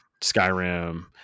Skyrim